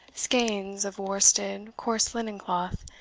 skeins of worsted, coarse linen cloth,